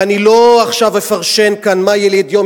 ואני לא אפרשן עכשיו כאן מה ילד יום,